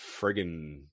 friggin